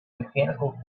mechanical